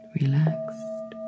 relaxed